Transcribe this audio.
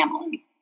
family